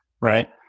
right